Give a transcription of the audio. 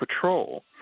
patrol